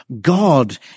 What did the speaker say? God